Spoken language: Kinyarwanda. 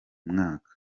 mwaka